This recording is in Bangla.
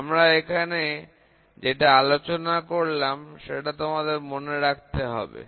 আমরা এখানে যেটা আলোচনা করলাম সেটা তোমাকে মনে রাখতে হবে